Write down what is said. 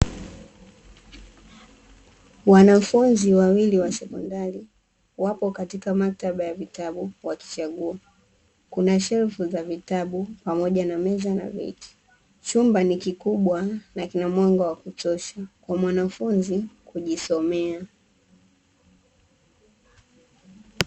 Wanafunzi wawili wa sekondari, wapo katika maktaba ya vitabu wakichagua, kuna shelfu za vitabu pamoja na meza na viti, chumba ni kikubwa na kina mwanga wa kutosha kwa mwanafunzi kujisomea.